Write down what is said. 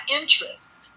Interest